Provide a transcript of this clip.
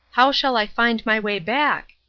how shall i find my way back?